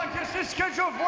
scheduled